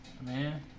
Man